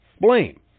blame